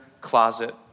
closet